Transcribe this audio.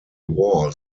war